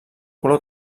color